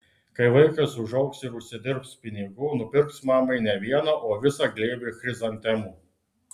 kai vaikas užaugs ir užsidirbs pinigų nupirks mamai ne vieną o visą glėbį chrizantemų